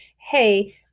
hey